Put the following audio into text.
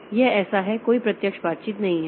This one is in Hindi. तो यह ऐसा है कोई प्रत्यक्ष बातचीत नहीं है